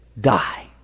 die